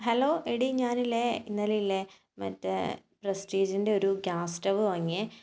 hello എടീ ഞാനില്ലേ ഇന്നലെ ഇല്ലേ മറ്റേ പ്രസ്റ്റീജിൻ്റെ ഒരു ഗ്യാസ് സ്റ്റവ് വാങ്ങിയേ